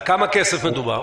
על כמה כסף מדובר